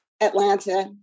Atlanta